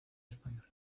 español